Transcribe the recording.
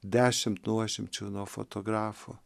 dešimt nuošimčių nuo fotografo